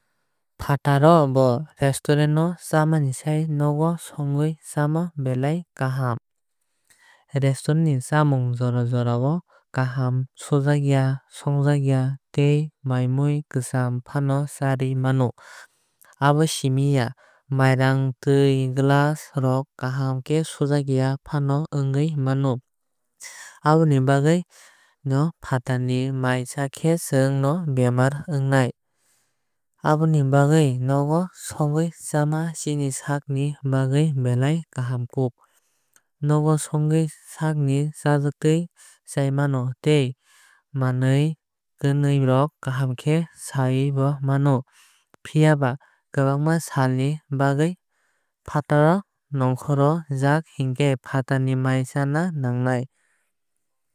Fataro ba restutant o chamasai nogo songwui chama belai kaham. Resturant ni chamung jora jora o kaham sujakya songjakya tei mai mui kwcham fano charwui mano. Abo siming ya mairang tui glass rok kaham sujak ya fano ongui mano. Aboni bagwui no fatar ni mai chakhe chwng no bamar ongnai. Aboni bagwui nogo songwui chama chini sakni bagwui belai kahamkuk. Nogo songkhe sak ni chajaktwui chaui mano tei manwui khwnwui rok kaham khe suyui bo mano. Phiaba kwbangma sal ni bagwui fataro nongkhor jak hinkhe fatar ni mai chana nangnai.